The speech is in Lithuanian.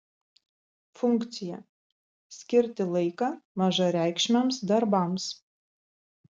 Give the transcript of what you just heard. funkcija skirti laiką mažareikšmiams darbams